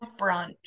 brunch